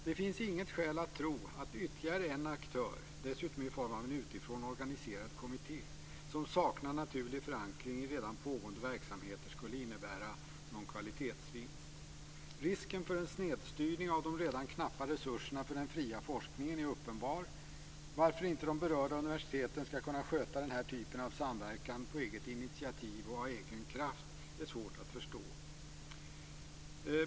Det finns inget skäl att tro att ytterligare en aktör, dessutom i form av en utifrån organiserad kommitté som saknar naturlig förankring i redan pågående verksamheter, skulle innebära någon kvalitetsvinst. Risken för en snedstyrning av de redan knappa resurserna för den fria forskningen är uppenbar. Varför de berörda universiteten inte skall kunna sköta denna typ av samverkan på eget initiativ och av egen kraft är svårt att förstå.